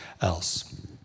else